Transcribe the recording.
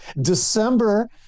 December